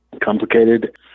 complicated